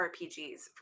RPGs